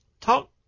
talk